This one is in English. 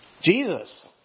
Jesus